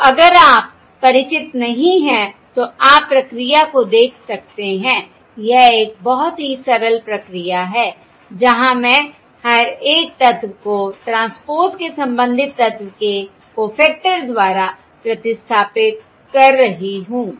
तो अगर आप परिचित नहीं हैं तो आप प्रक्रिया को देख सकते हैं यह एक बहुत ही सरल प्रक्रिया है जहां मैं हर एक तत्व को ट्रांसपोज़ के संबंधित तत्व के कॊफैक्टर द्वारा प्रतिस्थापित कर रही हूं